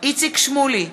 איציק שמולי,